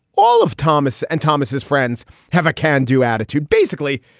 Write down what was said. all of thomas and thomas, his friends have a can do attitude. basically,